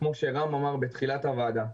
כמו שרם אמר בתחילת הוועדה,